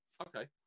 Okay